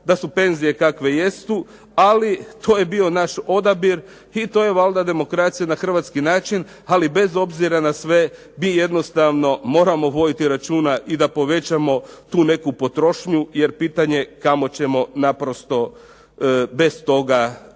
da su penzije kakve jesu, ali to je bio naš odabir i to je valjda demokracija na hrvatski način. Ali bez obzira na sve mi jednostavno moramo voditi računa i da povećamo tu neku potrošnju jer pitanje je kamo ćemo naprosto bez toga